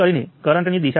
25 millisiemens છે